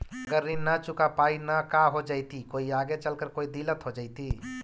अगर ऋण न चुका पाई न का हो जयती, कोई आगे चलकर कोई दिलत हो जयती?